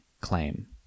claim